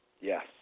Yes